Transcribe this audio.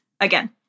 again